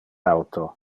auto